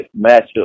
matchup